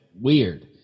weird